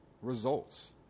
results